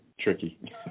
Tricky